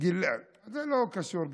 זה לא קשור.